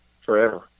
forever